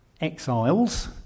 exiles